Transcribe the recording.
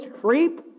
creep